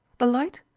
the light?